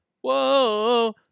Whoa